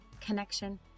connection